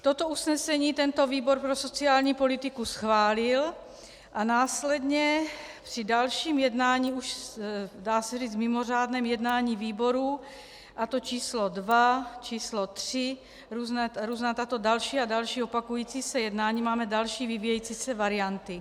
Toto usnesení tento výbor pro sociální politiku schválil a následně při dalším jednání, dá se říci mimořádném jednání výboru a to číslo dva, číslo tři, další a další opakující se jednání máme další vyvíjející se varianty.